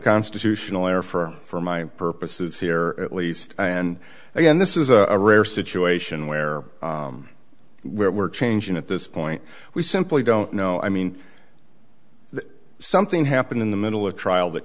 constitutional error for for my purposes here at least and again this is a rare situation where where we're changing at this point we simply don't know i mean if something happened in the middle of trial that